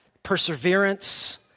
Perseverance